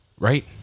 Right